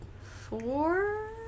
four